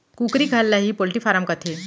कुकरी घर ल ही पोल्टी फारम कथें